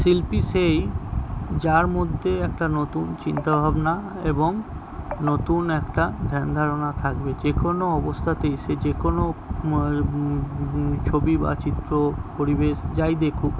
শিল্পী সেই যার মধ্যে একটা নতুন চিন্তাভাবনা এবং নতুন একটা ধ্যান ধারণা থাকবে যে কোনো অবস্থাতেই সে যে কোনো ছবি বা চিত্র পরিবেশ যাই দেখুক